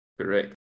Correct